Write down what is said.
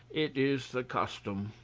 it is the custom.